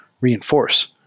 reinforce